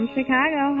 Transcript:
Chicago